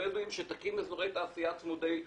הבדואים שתקים אזורי תעשייה צמודי דופן.